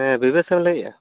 ᱦᱮᱸ ᱵᱤᱵᱮᱠ ᱮᱢ ᱞᱟᱹᱭᱮᱟ